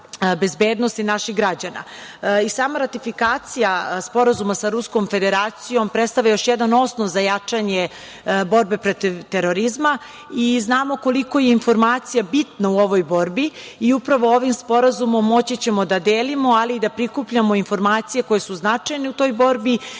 naših građana. Sama ratifikacija sporazuma sa Ruskom Federacijom predstavlja još jedan osnov za jačanje borbe protiv terorizma. Znamo koliko je informacija bitna u ovoj borbi i upravo ovim sporazumom moći ćemo da delimo, ali i da prikupljamo informacije koje su značajne u toj borbi jer terorizam,